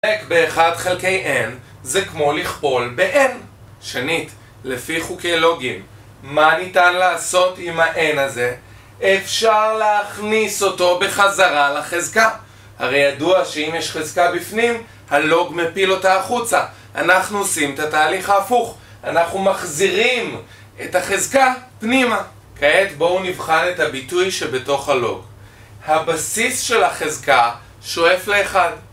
להחלק באחד חלקי n זה כמו לכפול ב-n, שנית, לפי חוקי לוגים מה ניתן לעשות עם ה-n הזה? אפשר להכניס אותו בחזרה לחזקה הרי ידוע שאם יש חזקה בפנים הלוג מפיל אותה החוצה אנחנו עושים ת'תהליך ההפוך אנחנו מחזירים את החזקה פנימה כעת בואו נבחן את הביטוי שבתוך הלוג, הבסיס של החזקה שואף לאחד